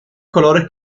colores